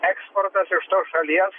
eksportas iš tos šalies